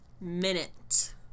minute